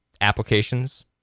Applications